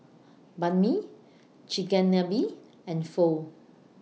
Banh MI Chigenabe and Pho